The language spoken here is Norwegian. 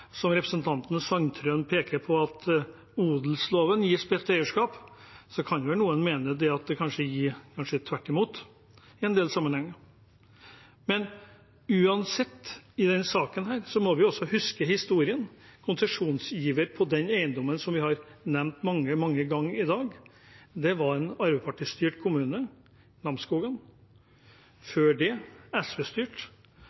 kanskje er tvert imot i en del sammenhenger. Uansett, i denne saken må vi også huske historien: Konsesjonsgiveren til den eiendommen som vi har nevnt mange, mange ganger i dag, var en Arbeiderparti-styrt kommune, Namsskogan,